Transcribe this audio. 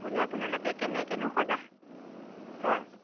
হ'লেও আপোনালোকে কেনেকৈনো সজাগ হয়